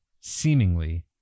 seemingly